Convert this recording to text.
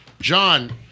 John